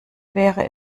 wäre